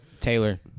Taylor